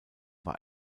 war